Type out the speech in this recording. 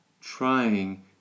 trying